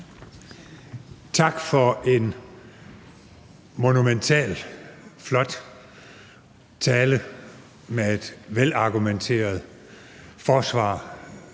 Tak for en monumental, flot tale med et velargumenteret forsvar